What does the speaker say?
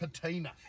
patina